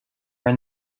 are